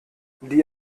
die